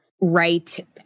right